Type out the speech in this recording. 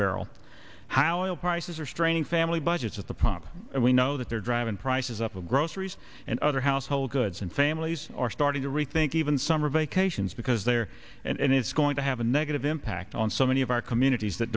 barrel however prices are straining family budgets at the pump and we know that they're driving prices up with groceries and other household goods and families are starting to rethink even summer vacations because they're and it's going to have a negative impact on so many of our communities that